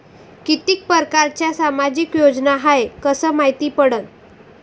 कितीक परकारच्या सामाजिक योजना हाय कस मायती पडन?